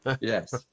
yes